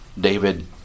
David